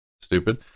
stupid